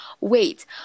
Wait